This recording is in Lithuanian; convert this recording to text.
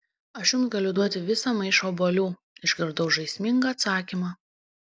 aš jums galiu duoti visą maišą obuolių išgirdau žaismingą atsakymą